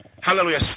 hallelujah